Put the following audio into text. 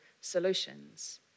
solutions